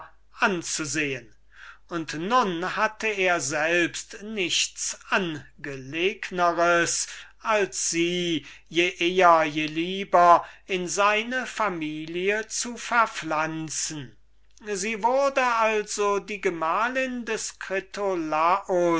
anzusehen und nun hatte er selbst nichts angelegners als sie je eher je lieber in seine familie zu verpflanzen sie wurde also die gemahlin des